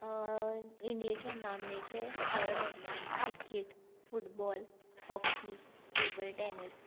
इंडियेचे नामनेचे खेळ म्हटल्यार cricket football hockey table tennis